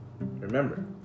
Remember